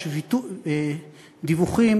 יש דיווחים